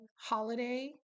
holiday